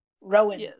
Rowan